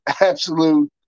absolute